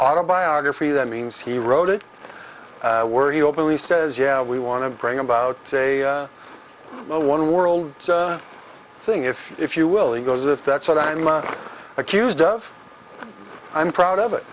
autobiography that means he wrote it worry openly says yeah we want to bring about say a one world thing if if you will he goes if that's what i'm accused of i'm proud of it